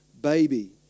baby